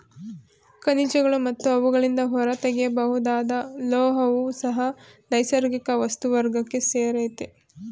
ಖನಿಜಗಳು ಮತ್ತು ಅವುಗಳಿಂದ ಹೊರತೆಗೆಯಬಹುದಾದ ಲೋಹವೂ ಸಹ ನೈಸರ್ಗಿಕ ವಸ್ತು ವರ್ಗಕ್ಕೆ ಸೇರಯ್ತೆ